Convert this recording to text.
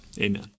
Amen